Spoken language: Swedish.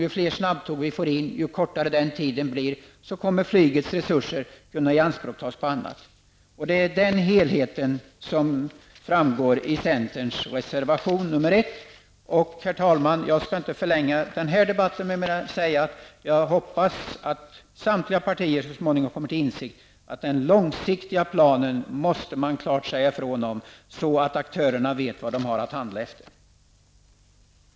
Ju fler snabbtåg som sätts in och ju kortare restiden blir, desto mindre kommer flygets resurser att tas i anspråk. Det är denna helhet som vi talar om i vår reservation nr 1. Herr talman! Jag skall inte förlänga debatten ytterligare. Men jag hoppas att man inom samtliga partier så småningom skall komma till insikt om att det är viktigt med klara besked beträffande de långsiktiga planerna. Då vet aktörerna vad de har att rätta sig efter.